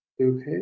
Okay